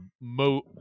mo